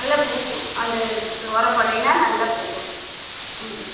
நல்லா பூக்கும் அந்த உரம் போட்டிங்கன்னா நல்லா பூக்கும் ம்